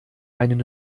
einen